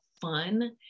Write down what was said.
fun